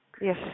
Yes